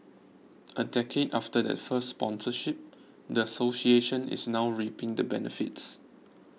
a decade after that first sponsorship the association is now reaping the benefits